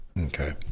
okay